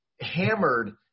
hammered